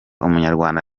umunyarwanda